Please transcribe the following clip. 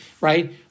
right